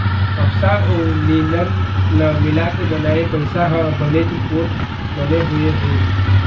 कपसा अउ लिनन ल मिलाके बनाए पइसा ह बनेच पोठ बने हुए हे